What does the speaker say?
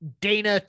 Dana